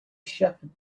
shepherd